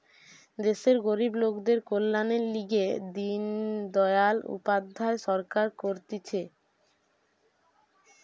দেশের গরিব লোকদের কল্যাণের লিগে দিন দয়াল উপাধ্যায় সরকার করতিছে